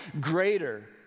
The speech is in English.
greater